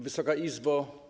Wysoka Izbo!